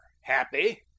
Happy